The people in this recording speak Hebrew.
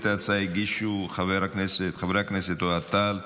את ההצעה הגישו חברי הכנסת אוהד טל,